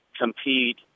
compete